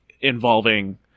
involving